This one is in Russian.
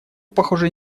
похоже